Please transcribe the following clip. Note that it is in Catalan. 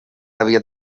havia